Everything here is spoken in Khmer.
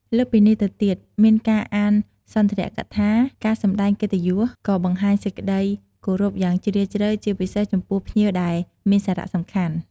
លើសពីនេះទៅទៀត មានការអានសុន្ទរកថា ការសម្ដែងកិត្តិយស ក៏បង្ហាញសេចក្ដីគោរពយ៉ាងជ្រាលជ្រៅ ជាពិសេសចំពោះភ្ញៀវដែលមានសារៈសំខាន់។